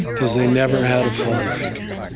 because they never had a father figure.